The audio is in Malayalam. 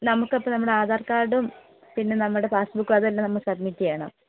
നമുക്കപ്പം നമ്മുടെ ആധാർ കാർഡും പിന്നെ നമ്മുടെ പാസ്ബുക്കും അതെല്ലാം നമ്മൾ സബ്മിറ്റ് ചെയ്യണം